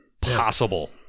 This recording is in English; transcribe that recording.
possible